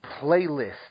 playlist